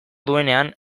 duenean